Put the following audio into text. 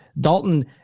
Dalton